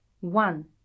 One